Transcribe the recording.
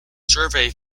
survey